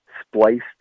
spliced